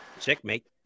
Checkmate